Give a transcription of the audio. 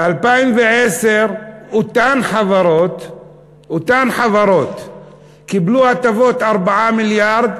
ב-2010 אותן חברות קיבלו הטבות בסך 4 מיליארד,